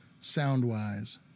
sound-wise